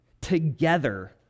together